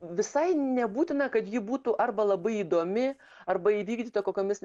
visai nebūtina kad ji būtų arba labai įdomi arba įvykdyta kokiomis